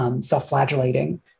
self-flagellating